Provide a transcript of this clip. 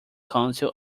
council